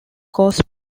cause